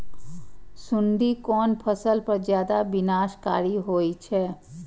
सुंडी कोन फसल पर ज्यादा विनाशकारी होई छै?